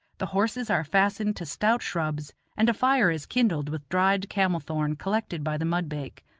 the horses are fastened to stout shrubs, and a fire is kindled with dried camel-thorn collected by the mudbake.